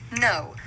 No